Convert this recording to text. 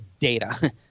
data